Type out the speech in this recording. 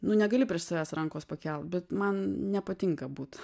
nu negali savęs rankos pakelt bet man nepatinka būt